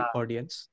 audience